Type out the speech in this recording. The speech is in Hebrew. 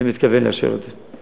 אני מתכוון לאשר את זה.